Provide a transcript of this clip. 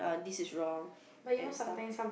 this is wrong and stuff